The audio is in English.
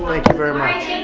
like you very much,